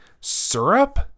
Syrup